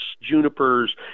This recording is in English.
junipers